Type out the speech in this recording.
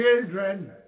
children